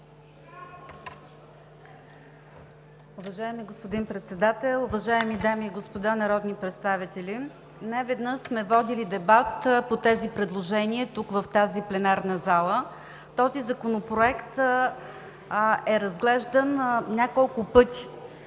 Уважаеми господин Председател, уважаеми дами и господа народни представители! Неведнъж сме водили дебат по тези предложения тук, в тази пленарна зала. Този законопроект е разглеждан няколко пъти